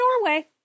Norway